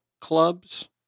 Clubs